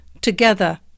together